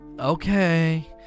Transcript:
Okay